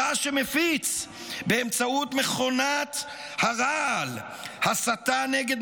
אתה שמפיץ באמצעות מכונת הרעל הסתה נגד